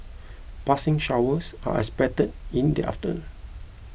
passing showers are expected in the after